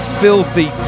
filthy